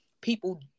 people